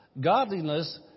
Godliness